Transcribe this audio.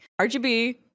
RGB